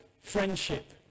friendship